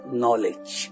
knowledge